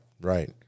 Right